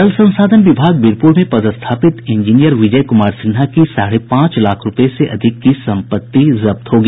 जल संसाधन विभाग वीरपुर में पदस्थापित इंजीनियर विजय कुमार सिन्हा की साढ़े पांच लाख रूपये से अधिक की संपत्ति जब्त होगी